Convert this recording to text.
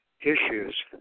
issues